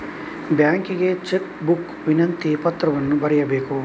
ಬ್ಯಾಂಕಿಗೆ cheque book ವಿನಂತಿ ಪತ್ರವನ್ನು ಬರೆಯಬೇಕು